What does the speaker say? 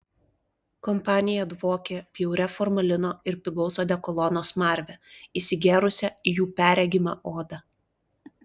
kompanija dvokė bjauria formalino ir pigaus odekolono smarve įsigėrusią į jų perregimą odą